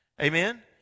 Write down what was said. Amen